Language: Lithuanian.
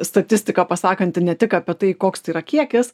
statistika pasakanti ne tik apie tai koks tai yra kiekis